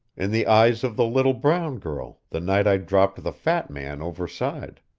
in the eyes of the little brown girl, the night i dropped the fat man overside.